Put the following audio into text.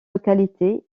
localité